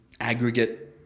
aggregate